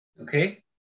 okay